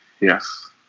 Yes